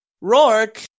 Rourke